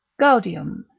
gaudium,